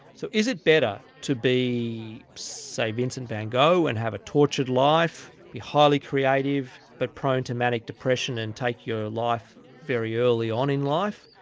so is it better to be, say, vincent van gogh and have a tortured life, be highly creative but prone to manic depression and take your life very early on in life,